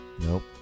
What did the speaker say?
Nope